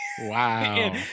wow